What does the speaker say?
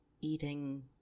eating